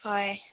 ꯍꯣꯏ